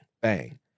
bang